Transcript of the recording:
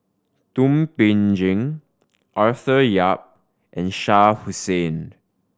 Thum Ping Tjin Arthur Yap and Shah Hussain